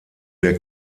der